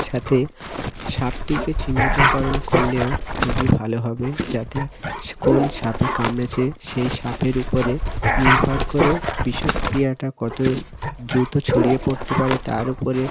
সাথে সাপটিকে চিহ্নিতকরণ করলেও খুবই ভালো হবে যাতে কোন সাপে কামড়েছে সেই সাপের উপরে নির্ভর করে বিষক্রিয়াটা কত দ্রুত ছড়িয়ে পড়তে পারে তার উপরে